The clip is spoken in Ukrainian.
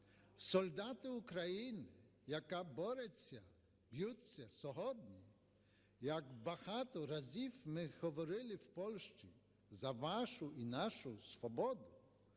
Солдати України, яка бореться, б'ються сьогодні, як багато разів ми говорили в Польщі, за вашу і нашу свободу.